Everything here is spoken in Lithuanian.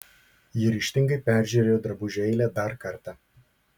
ji ryžtingai peržiūrėjo drabužių eilę dar kartą